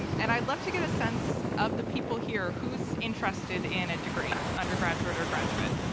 and i'd love to get a sense of the people here, who's interested in a degree, undergraduate or graduate?